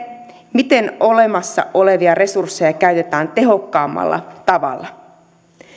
miten olemassa olevia resursseja käytetään tehokkaammalla tavalla